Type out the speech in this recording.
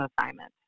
assignment